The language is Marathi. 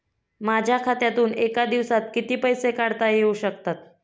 माझ्या खात्यातून एका दिवसात किती पैसे काढता येऊ शकतात?